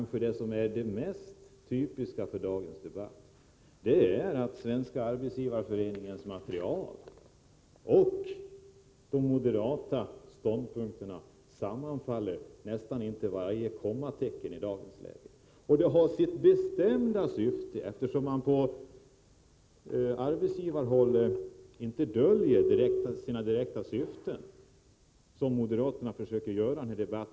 Herr talman! Till Sonja Rembo vill jag bara säga att goda cigarrer inte är befrämjande för folkhälsan. Sonja Rembo försöker komma ifrån det som kanske är det mest typiska för dagens debatt, nämligen att Svenska arbetsgivareföreningens åsikter och de moderata ståndpunkterna sammanfaller nästan intill varje kommatecken. Detta har sitt bestämda syfte. På arbetsgivarhåll döljer man inte sina syften, vilket moderaterna försöker göra i den här debatten.